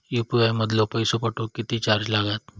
UPI मधलो पैसो पाठवुक किती चार्ज लागात?